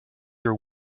your